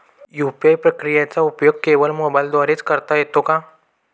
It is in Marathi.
यू.पी.आय प्रक्रियेचा उपयोग केवळ मोबाईलद्वारे च करता येतो का?